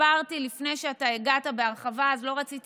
לפני שהגעת הסברתי בהרחבה, ולכן לא רציתי